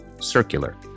circular